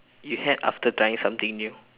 you had after trying something new